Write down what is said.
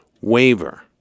waiver